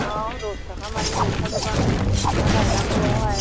औ दस थाखा मानि एफा गोबां हा गायनांगौआवहाय